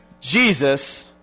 Jesus